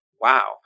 wow